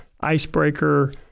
icebreaker